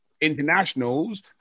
internationals